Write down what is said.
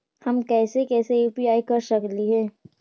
हम कैसे कैसे यु.पी.आई कर सकली हे?